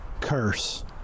curse